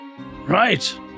right